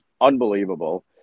unbelievable